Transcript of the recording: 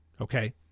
Okay